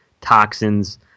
toxins